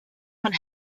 von